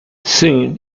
soon